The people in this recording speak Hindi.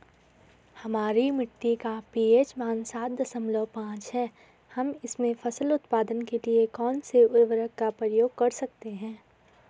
हमारी मिट्टी का पी.एच मान सात दशमलव पांच है हम इसमें फसल उत्पादन के लिए कौन से उर्वरक का प्रयोग कर सकते हैं?